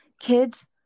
Kids